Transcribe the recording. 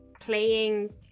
playing